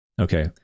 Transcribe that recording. okay